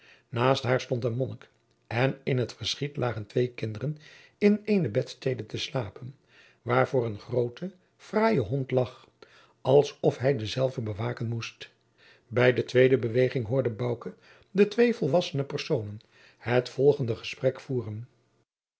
naast haar stond een monnik en in t verschiet lagen twee kinderen in eene bedstede te slapen waarvoor een groote fraaie hond lag alsof hij dezelve bewaken moest bij de tweede beweging hoorde bouke de twee volwassene personen het volgende gesprek voeren